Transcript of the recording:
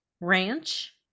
ranch